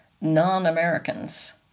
non-Americans